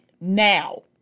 now